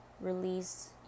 release